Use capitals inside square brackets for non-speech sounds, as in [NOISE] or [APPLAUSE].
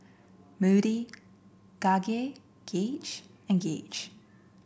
Moody [UNINTELLIGIBLE] Gage and Gage